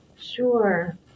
Sure